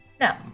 No